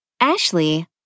Ashley